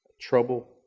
Trouble